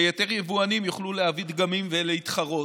ויותר יבואנים יוכלו להביא דגמים ולהתחרות.